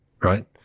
right